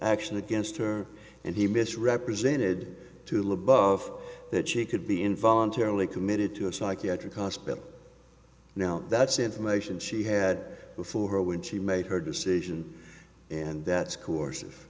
action against her and he misrepresented to labov that she could be involuntarily committed to a psychiatric hospital now that's information she had before her when she made her decision and that's co